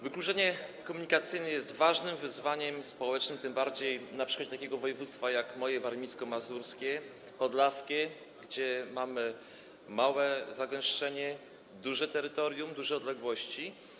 Wykluczenie komunikacyjne jest ważnym wyzwaniem społecznym, tym bardziej na przykładzie takiego województwa jak moje, warmińsko-mazurskie, podlaskie, gdzie mamy małe zagęszczenie, duże terytorium, duże odległości.